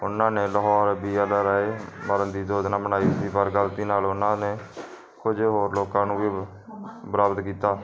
ਉਨਾਂ ਨੇ Lahore B L Rai ਮਾਰਨ ਦੀ ਯੋਜਨਾ ਬਣਾਈ ਸੀ ਪਰ ਗਲਤੀ ਨਾਲ ਉਹਨਾਂ ਨੇ ਕੁਝ ਹੋਰ ਲੋਕਾਂ ਨੂੰ ਵੀ ਬਰਾਬਦ ਕੀਤਾ